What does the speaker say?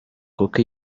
kuko